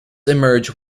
emerge